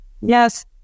Yes